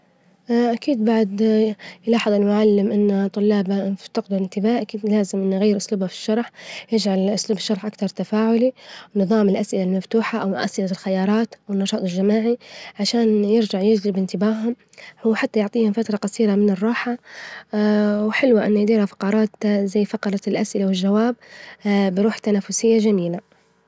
أكيد بعد يلاحظ المعلم إن طلابه تفتجدوا الانتباه أكيد يجب إن يغير أسلوبه في الشرح يجعل أسلوب الشرح أكثر تفاعلي، ونظام الأسئلة المفتوحة، أوالأسئلة الخيارات، والنشاط الجماعي، عشان يرجع يجلب انتباههم، وحتى يعطيهم فترة جصيرة من الراحة، وحلوة إن يديرها فجرات زي فجرة الأسئلة، والجواب بروح تنافسية جميلة.